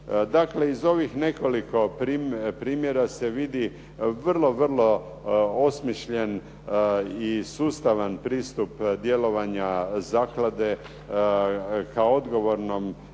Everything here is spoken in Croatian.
Dakle, iz ovih nekoliko primjera se vidi vrlo, vrlo osmišljen i sustavan pristup djelovanja zaklade kao odgovornom